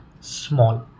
small